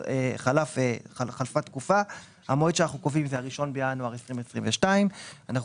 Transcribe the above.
חלפה תקופה והמועד שאנחנו קובעים הוא ה-1 בינואר 2022. אנחנו